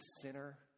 sinner